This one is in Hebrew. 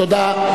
תודה.